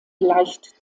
leicht